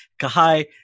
kahai